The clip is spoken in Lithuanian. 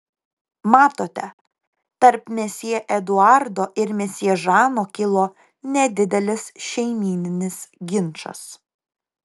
matote tarp mesjė eduardo ir mesjė žano kilo nedidelis šeimyninis ginčas